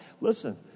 Listen